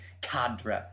cadre